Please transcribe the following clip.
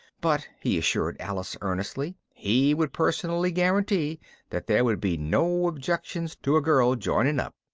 but he assured alice earnestly he would personally guarantee that there would be no objections to a girl joining up.